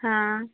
हाँ